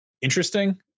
interesting